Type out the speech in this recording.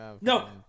No